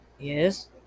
Yes